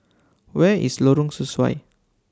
Where IS Lorong Sesuai